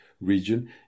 region